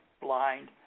blind